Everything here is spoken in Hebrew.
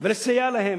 ולסייע להם,